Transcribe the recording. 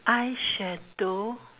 eyeshadow